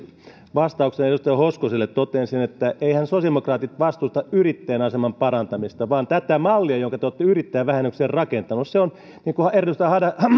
vastauksena edustaja hoskoselle totean sen että eiväthän sosiaalidemokraatit vastusta yrittäjän aseman parantamista vaan tätä mallia jonka te olette yrittäjävähennykseen rakentaneet niin kuin edustaja